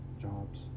jobs